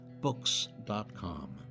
books.com